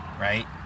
right